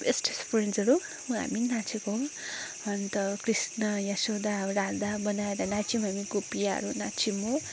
best फ्रेन्ड्सहरू हामी नि नाचेको हो अन्त कृष्ण यसोदा अब राधा बनाएर नाच्यौँ हामी गोपियाहरू नाच्यौँ हो